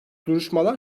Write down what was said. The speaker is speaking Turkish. duruşmalar